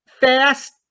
fast